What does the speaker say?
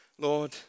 Lord